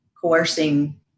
coercing